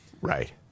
Right